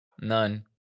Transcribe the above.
None